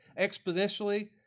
Exponentially